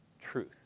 truth